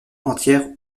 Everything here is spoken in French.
entière